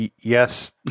Yes